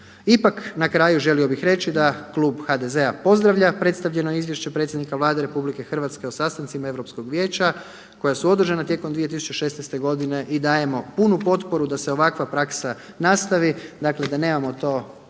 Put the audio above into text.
Ipak na kraju želio bih reći da klub HDZ-a pozdravlja predstavljeno izvješće predsjednika Vlade RH o sastancima Europskog vijeća koja su održana tijekom 2016. godine i dajemo punu potporu da se ovakva praksa nastavi, dakle da nemamo to